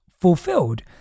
fulfilled